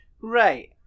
Right